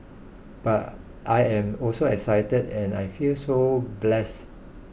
but I am also excited and I feel so blessed